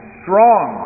strong